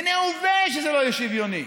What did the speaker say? מיניה וביה שזה לא יהיה שוויוני.